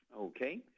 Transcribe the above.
Okay